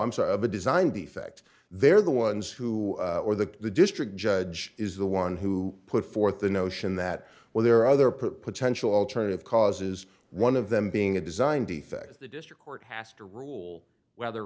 i'm sorry of a design defect they're the ones who or the the district judge is the one who put forth the notion that well there are other potential alternative causes one of them being a design defect the district court has to rule whether